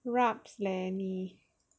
rabs leh 你